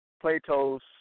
Plato's